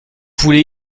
voulez